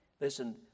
Listen